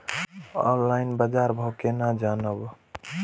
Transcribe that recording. Online बाजार भाव केना जानब?